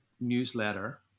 newsletter